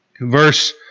Verse